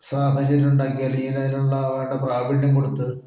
സാഹചര്യം ഉണ്ടാക്കി അല്ലെങ്കില് അതിനുള്ള പ്രാവീണ്യം കൊടുത്ത്